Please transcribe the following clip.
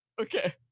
Okay